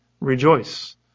rejoice